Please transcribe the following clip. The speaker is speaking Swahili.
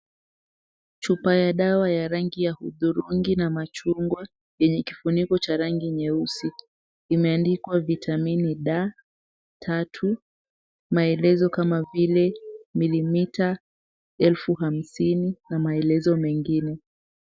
Chupa ya dawa ya rangi ya hudhurungi na machungwa, yenye kifuniko cha rangi nyeusi, imeandikwa Vitamini D3, maelezo kama vile mililita elfu hamsini na maelezo mengine.